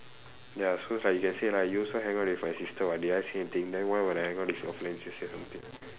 ya so it's like you can say lah you also hang out with my sister [what] did I say anything then why when I hang out with your friends you say something